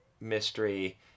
mystery